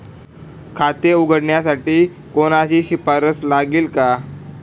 खाते उघडण्यासाठी कोणाची शिफारस लागेल का?